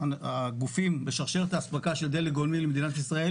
אחד הגופים בשרשרת האספקה של דלק גולמי למדינת ישראל